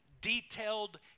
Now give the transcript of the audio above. detailed